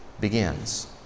begins